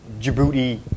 Djibouti